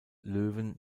löwen